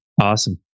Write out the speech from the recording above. Awesome